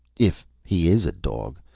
if he is a dog.